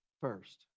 first